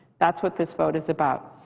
that's what this vote is about.